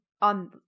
on